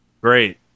great